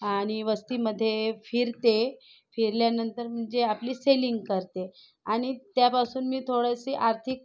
आणि वस्तीमध्ये फिरते फिरल्यानंतर म्हणजे आपली सेलिंग करते आणि त्यापासून मी थोडेसे आर्थिक